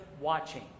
watching